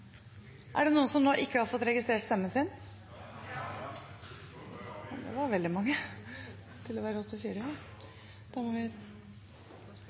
Er det noen som har stemt feil? Det nikkes. Vi voterer på nytt. Det er fortsatt veldig mange som ikke har fått registrert stemmen sin. Da må vi